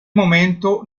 momento